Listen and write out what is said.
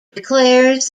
declares